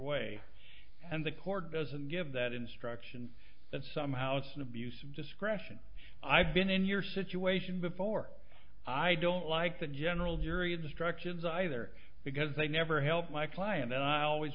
way and the court doesn't give that instruction that somehow it's an abuse of discretion i've been in your situation before i don't like the general jury instructions either because they never help my client and i always